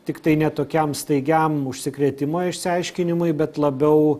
tiktai ne tokiam staigiam užsikrėtimo išsiaiškinimui bet labiau